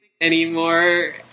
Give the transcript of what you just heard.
anymore